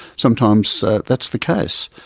sometimes so that's the case.